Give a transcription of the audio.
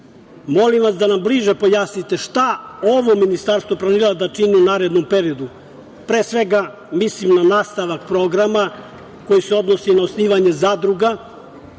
selu. Molim vas da nam bliže pojasnite šta ovo ministarstvo planira da čini u narednom periodu? Pre svega, mislim na nastavak programa koji se odnosi na osnivanje zadruga,